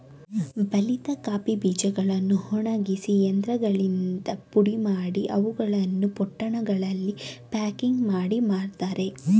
ಬಲಿತ ಕಾಫಿ ಬೀಜಗಳನ್ನು ಒಣಗಿಸಿ ಯಂತ್ರಗಳಿಂದ ಪುಡಿಮಾಡಿ, ಅವುಗಳನ್ನು ಪೊಟ್ಟಣಗಳಲ್ಲಿ ಪ್ಯಾಕಿಂಗ್ ಮಾಡಿ ಮಾರ್ತರೆ